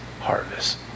harvest